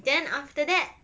then after that